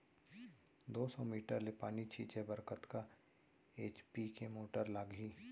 दो सौ मीटर ले पानी छिंचे बर कतका एच.पी के मोटर लागही?